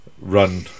run